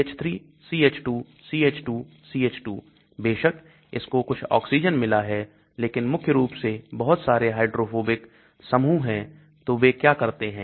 CH3 CH2 CH2 Ch2 बेशक इसको कुछ ऑक्सीजन मिला है लेकिन मुख्य रूप से बहुत सारे हाइड्रोफोबिक समूह हैं तो बे क्या करते हैं